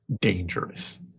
dangerous